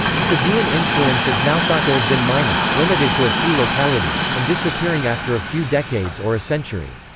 sabaean influence is now thought to have been minor, limited to a few localities, and disappearing after a few decades or a century.